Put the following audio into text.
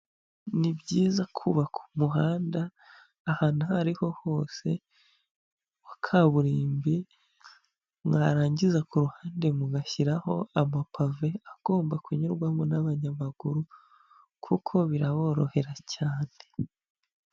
Ni byiza kubaka umuhanda ahantu ahari ho hose wa kaburimbi mwarangiza ku ruhande mugashyiraho abapave agomba kunyurwamo n'abanyamaguru kuko biraborohera cyane.